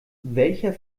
welcher